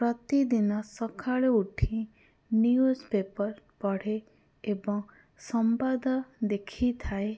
ପ୍ରତିଦିନ ସକାଳୁ ଉଠି ନ୍ୟୁଜ୍ ପେପର୍ ପଢ଼େ ଏବଂ ସମ୍ବାଦ ଦେଖିଥାଏ